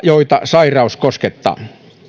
joita sairaus koskettaa